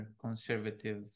conservative